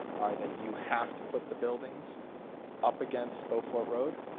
are that you have to put the buildings up against beaufort road.